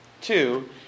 Two